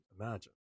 imagine